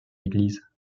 église